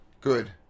Good